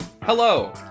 Hello